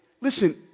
listen